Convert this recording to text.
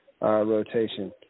rotation